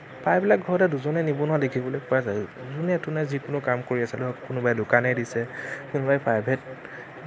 প্ৰায়বিলাক ঘৰতে দুজনেই নিবনুৱা দেখিবলৈ পোৱা যায়েই যোনে তোনে যিকোনো কাম কৰি আছে ধৰক কোনোবাই দোকানেই দিছে কোনোবাই প্ৰাইভেট